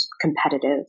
competitive